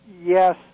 yes